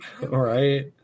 right